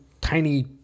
tiny